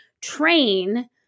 train